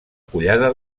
collada